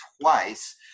twice